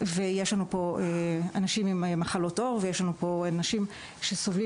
יש לנו פה אנשים עם מחלות עור ויש לנו פה אנשים שסובלים